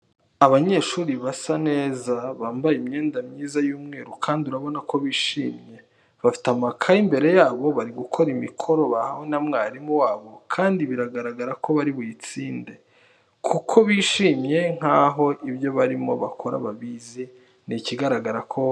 Abanyeshuri basa neza, bambaye imyenda myiza y'umweru kandi urabona ko bishimye bafite amakaye imbere yabo bari gukora imikoro bahawe na mwarimu wabo kandi biragaragara ko bari buyitsinde, kuko bishimye nkaho ibyo barimo bakora babizi. Ni ikigaragaza ko bize neza.